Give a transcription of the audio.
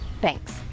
thanks